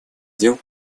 дел